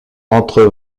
entre